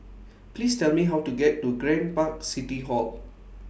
Please Tell Me How to get to Grand Park City Hall